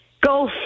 go